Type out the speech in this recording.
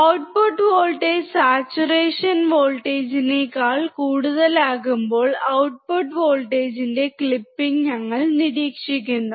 output voltage saturation വോൾട്ടേജിനേക്കാൾ Vcc Vee കൂടുതലാകുമ്പോൾ output വോൾട്ടേജിന്റെ ക്ലിപ്പിംഗ്ഞങ്ങൾ നിരീക്ഷിക്കുന്നു